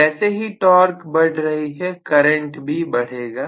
जैसे ही टॉर्क बढ़ रही है करंट भी बढ़ेगा